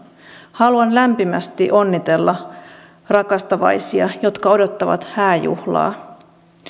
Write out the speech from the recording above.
haluan lämpimästi onnitella rakastavaisia jotka odottavat hääjuhlaa